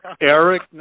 Eric